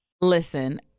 listen